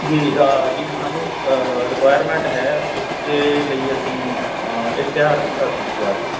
ਜੀ ਜੀ ਸਾਨੂੰ ਰਿਕੁਾਇਰਮੈਂਟ ਹੈ ਉਸ ਦੇ ਲਈ ਅਸੀਂ ਇਸ਼ਤਿਹਾਰ ਦਿੱਤਾ ਸੀ ਅਖਬਾਰ 'ਚ